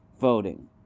Voting